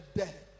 dead